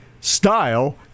style